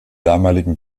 damaligen